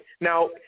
Now